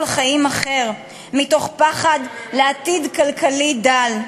חיים אחר מתוך פחד לעתיד כלכלי דל.